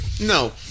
no